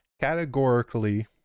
categorically